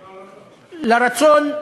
לרצון,